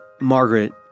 Margaret